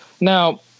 now